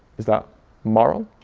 is that moral?